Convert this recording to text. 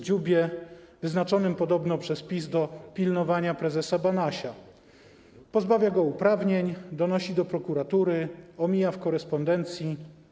Dziubie wyznaczonym podobno przez PiS do pilnowania prezesa Banasia, pozbawia go uprawnień, donosi do prokuratury, omija w korespondencji.